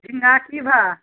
झिङ्गा की भाव